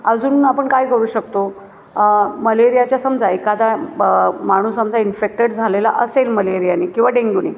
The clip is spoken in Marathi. अजून आपण काय करू शकतो मलेरियाच्या समजा एखादा माणूस समजा इन्फेक्टेड झालेला असेल मलेरियाने किंवा डेंग्यूने